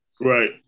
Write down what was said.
Right